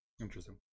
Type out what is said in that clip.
Interesting